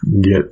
get